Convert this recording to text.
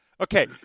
okay